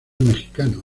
mexicano